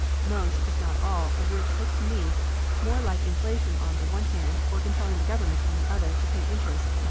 most, if not all, of which look to me more like inflation on the one hand, or compelling the government, on the other, to pay interest,